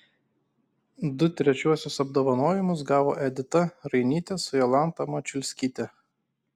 du trečiuosius apdovanojimus gavo edita rainytė su jolanta mačiulskyte